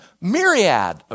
myriad